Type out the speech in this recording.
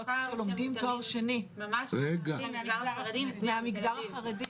באומנויות שלומדים תואר שני מהמגזר החרדי.